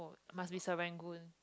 must be Serangoon